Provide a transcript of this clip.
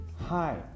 Hi